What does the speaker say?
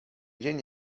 dzień